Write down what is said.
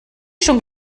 schon